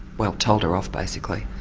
well, told her off, basically.